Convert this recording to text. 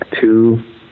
two